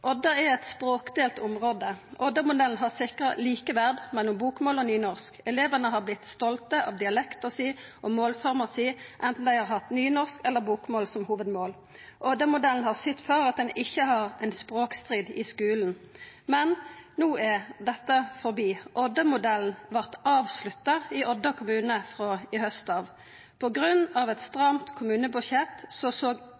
er eit språkdelt område. Odda-modellen har sikra likeverd mellom bokmål og nynorsk. Elevane har vorte stolte av dialekta si og målforma si, enten dei har hatt nynorsk eller bokmål som hovudmål. Odda-modellen har sytt for at ein ikkje har ein språkstrid i skulen, men no er dette forbi. Odda-modellen vart avslutta i Odda kommune i haust. På grunn av eit stramt kommunebudsjett såg